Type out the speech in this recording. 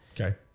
Okay